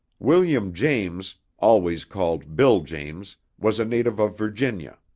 william james, always called bill james, was a native of virginia.